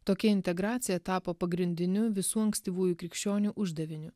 tokia integracija tapo pagrindiniu visų ankstyvųjų krikščionių uždaviniu